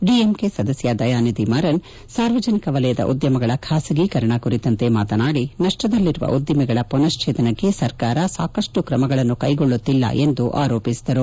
DMK ಸದಸ್ಯ ದಯಾನಿಧಿ ಮಾರನ್ ಸಾರ್ವಜನಿಕ ವಲಯದ ಉದ್ಯಮಗಳ ಖಾಸಗೀಕರಣ ಕುರಿತಂತೆ ಮಾತನಾದಿ ನಷ್ನದಲ್ಲಿರುವ ಉದ್ದಿಮೆಗಳ ಪುನಶ್ಚೇತನಕ್ಕೆ ಸರ್ಕಾರ ಸಾಕಷ್ನು ಕ್ರಮಗಳನ್ನು ಕೈಗೊಳ್ಳುತ್ತಿಲ್ಲ ಎಂದು ಆರೋಪಿಸಿದರು